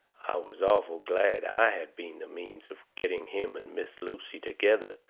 i was awful glad i had been the means of getting him and miss lucy together.